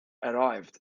arrived